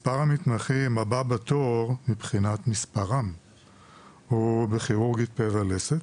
מספר המתמחים הבא בתור הוא בכירורגיה פה ולסת,